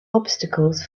obstacles